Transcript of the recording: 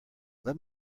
let